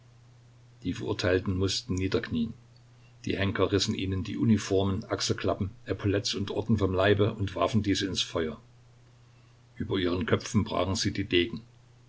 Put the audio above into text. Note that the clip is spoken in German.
die verurteilten mußten niederknien die henker rissen ihnen die uniformen achselklappen epauletts und orden vom leibe und warfen diese ins feuer über ihren köpfen brachen sie die degen